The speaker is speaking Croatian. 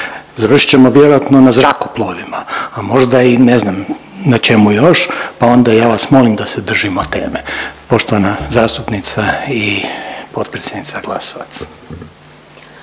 završit ćemo vjerojatno na zrakoplovima, a možda i ne znam na čemu još pa onda ja vas molim da se držimo teme. Poštovana zastupnica i potpredsjednica Glasovac.